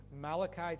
Malachi